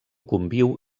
conviu